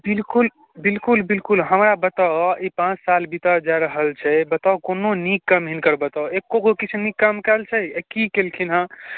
बिलकुल बिलकुल बिलकुल हमरा बताउ ई पाँच साल बीतऽ जाय रहल छै बताउ कोनो नीक काम हिनकर बताउ एकोगो किछु नीक काम कयल छै ए की ई कयलखिन हँ